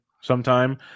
sometime